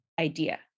idea